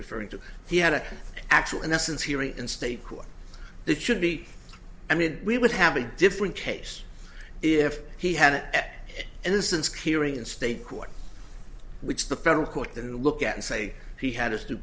referring to he had an actual innocence hearing in state court that should be i mean we would have a different case if he had that innocence clearing in state court which the federal court then look at and say he had his